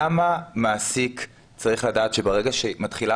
למה מעסיק צריך לדעת שברגע שמתחילה